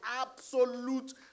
absolute